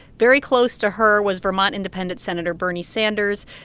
very close to her was vermont independent senator bernie sanders.